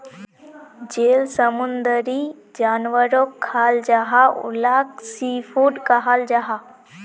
जेल समुंदरी जानवरोक खाल जाहा उलाक सी फ़ूड कहाल जाहा